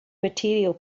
material